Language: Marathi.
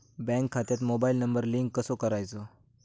बँक खात्यात मोबाईल नंबर लिंक कसो करायचो?